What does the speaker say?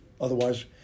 otherwise